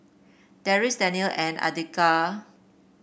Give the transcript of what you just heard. Deris Daniel and Andika